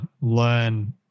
learn